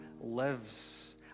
lives